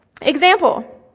Example